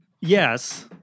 Yes